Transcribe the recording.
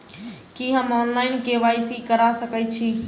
की हम online, KYC करा सकैत छी?